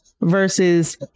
versus